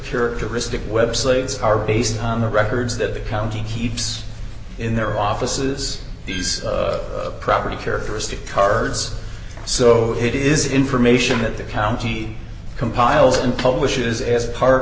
restrict websites are based on the records that the county keeps in their offices these property characteristic cards so it is information that the county compiles and publishes as par